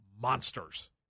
monsters